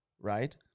Right